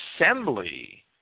assembly